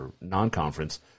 non-conference